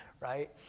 right